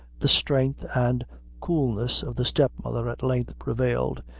the strength and coolness of the step-mother at length prevailed,